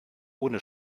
ohne